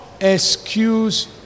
excuse